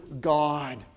God